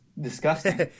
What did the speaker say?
disgusting